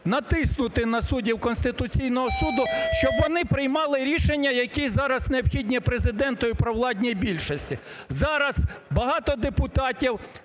натиснути на суддів Конституційного Суду, щоб вони приймали рішення, які зараз необхідні Президенту і провладній більшості. Зараз багато депутатів